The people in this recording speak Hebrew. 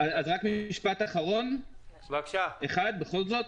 רק משפט אחרון בכל זאת.